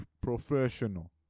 Professional